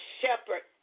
shepherd